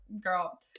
girl